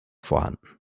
vorhanden